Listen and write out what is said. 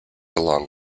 along